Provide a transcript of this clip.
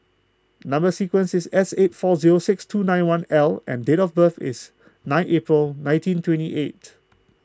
Number Sequence is S eight four zero six two nine one L and date of birth is nine April nineteen twenty eight